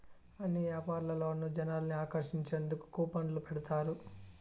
అన్ని యాపారాల్లోనూ జనాల్ని ఆకర్షించేందుకు కూపన్లు పెడతారు